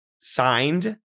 signed